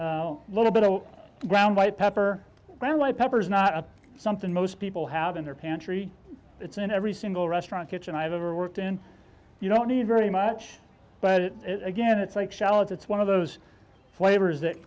salt little bit of ground white pepper brown like peppers not something most people have in their pantry it's in every single restaurant kitchen i've ever worked in you don't need very much but again it's like shallots it's one of those flavors that